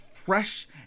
Fresh